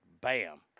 Bam